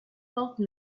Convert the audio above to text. porte